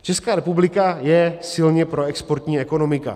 Česká republika je silně proexportní ekonomika.